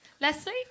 Leslie